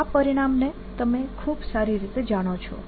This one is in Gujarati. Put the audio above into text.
આ પરિણામ ને તમે ખૂબ સારી રીતે જાણો છો